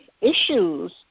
issues